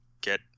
get